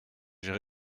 j’ai